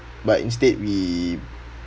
but instead we